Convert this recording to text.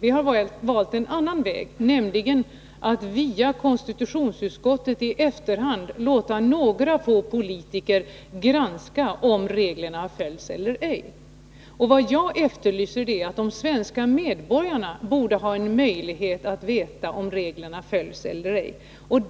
Vi har valt en annan väg, nämligen att via konstitutionsutskottet i efterhand låta några få politiker granska om reglerna följs eller ej. Det jag efterlyser är att de svenska medborgarna borde ha en möjlighet att få veta om reglerna följs eller ej.